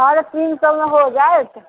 साढ़े तीन सए मे हो जाएत